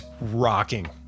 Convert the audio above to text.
rocking